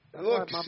Look